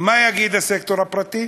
מה יגיד הסקטור הפרטי?